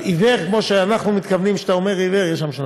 אבל עיוור כמו שאנחנו מתכוונים כשאתה אומר עיוור יש שם שניים,